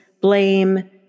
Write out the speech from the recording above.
blame